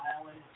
island